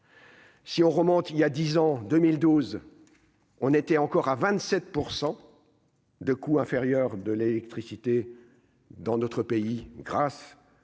Si on remonte, il y a 10 ans, 2012, on était encore à 27 % de coût inférieur de l'électricité dans notre pays, grâce